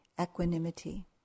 equanimity